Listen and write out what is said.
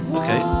okay